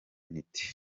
unit